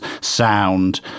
sound